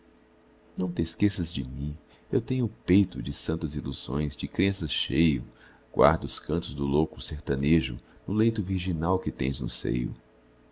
amores não tesqueças de mim eu tenho o peito de santas ilusões de crenças cheio guarda os cantos do louco sertanejo no leito virginal que tens no seio